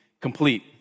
complete